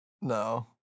No